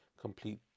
complete